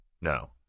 No